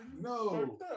No